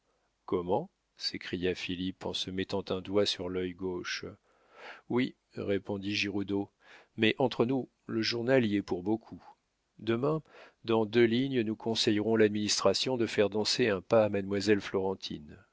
comment s'écria philippe en se mettant un doigt sur l'œil gauche oui répondit giroudeau mais entre nous le journal y est pour beaucoup demain dans deux lignes nous conseillerons à l'administration de faire danser un pas à mademoiselle florentine